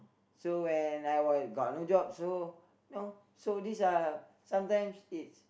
so when I was got no job so know so this are sometime it's